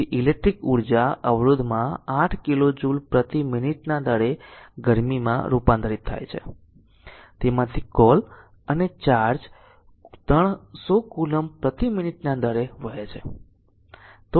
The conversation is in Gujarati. તેથી ઈલેક્ટ્રીકલ ઉર્જા અવરોધમાં 8 કિલો જુલ પ્રતિ મિનિટના દરે ગરમીમાં રૂપાંતરિત થાય છે તેમાંથી કોલ અને ચાર્જ 300 કૂલોમ્બ પ્રતિ મિનિટના દરે વહે છે